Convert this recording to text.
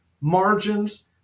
margins